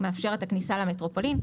מאפשר את הכניסה למטרופולין.